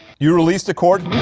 you release the chord